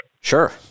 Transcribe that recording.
Sure